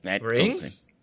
rings